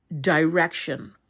direction